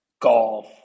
golf